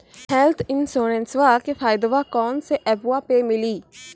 Health इंश्योरेंसबा के फायदावा कौन से ऐपवा पे मिली?